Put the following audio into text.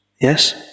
Yes